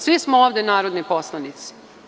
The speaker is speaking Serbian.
Svi smo ovde narodni poslanici.